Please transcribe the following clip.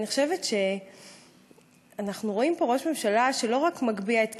אני חושבת שאנחנו רואים פה ראש ממשלה שלא רק מגביה את כיסאו,